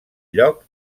lloc